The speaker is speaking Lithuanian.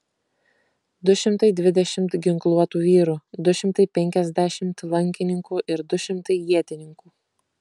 du šimtai dvidešimt ginkluotų vyrų du šimtai penkiasdešimt lankininkų ir du šimtai ietininkų